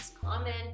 comment